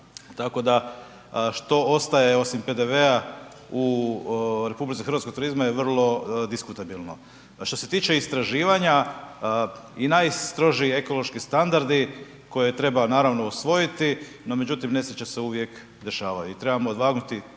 tako da što ostaje osim PDV-a u RH od turizma je vrlo diskutabilno. Što se tiče istraživanja, i najstrožiji ekološki standardi koje treba naravno usvojiti no međutim, nesreće se uvijek dešavaju i trebamo odvagnuti